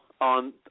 on